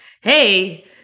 Hey